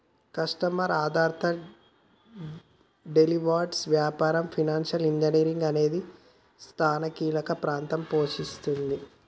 customer ఆధారిత derivatives వ్యాపారంలో financial engineering అనేది సానా కీలక పాత్ర పోషిస్తుంది